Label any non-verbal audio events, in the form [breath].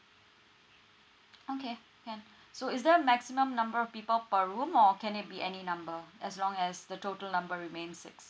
okay can [breath] so is there a maximum number of people per room or can it be any number as long as the total number remains six